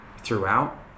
throughout